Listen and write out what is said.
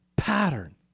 pattern